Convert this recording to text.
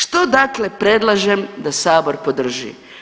Što dakle predlažem da sabor podrži?